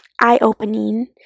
eye-opening